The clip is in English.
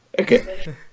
Okay